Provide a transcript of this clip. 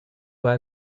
doit